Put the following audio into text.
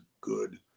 good